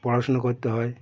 পড়াশুনো করতে হয়